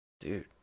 Dude